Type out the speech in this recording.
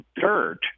dirt